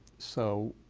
so,